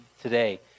today